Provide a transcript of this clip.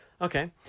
Okay